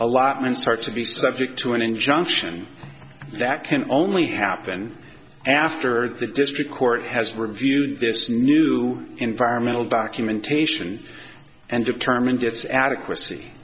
allotment starts to be subject to an injunction that can only happen after the district court has reviewed this new environmental documentation and de